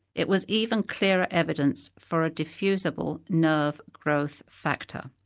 it was even clearer evidence for a diffusible nerve growth factor.